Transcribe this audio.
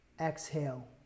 exhale